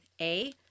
A-